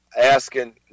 asking